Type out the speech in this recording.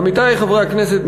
עמיתי חברי הכנסת,